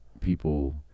people